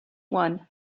one